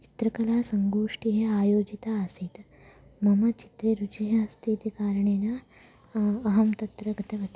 चित्रकलासङ्गोष्ठिः आयोजिता आसीत् मम चित्रे रुचिः अस्ति इति कारणेन अहं तत्र गतवती